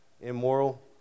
immoral